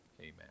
Amen